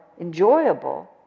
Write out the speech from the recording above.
enjoyable